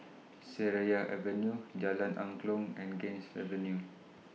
Seraya Avenue Jalan Angklong and Ganges Avenue